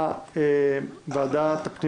ההצעה היא להעביר את הוועדה לוועדת הפנים